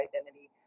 identity